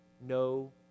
no